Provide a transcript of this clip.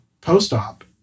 post-op